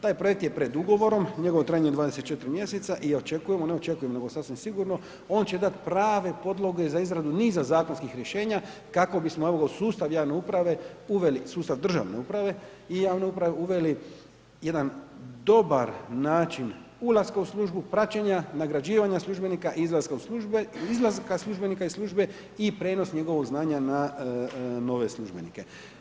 Taj projekt je pred ugovorom, njegovo je trajanje 24 mjeseca i očekujemo, ne očekujemo nego sasvim sigurno on će dati prave podloge za izradu niza zakonskih rješenja kako bismo evo ga u sustav javne uprave uveli sustav državne uprave i javne uprave, uveli jedan dobar način ulaska u službu, praćenja, nagrađivanja službenika, izlaska iz službe, izlaska službenika iz službe i prijenos njegovog znanja na nove službenike.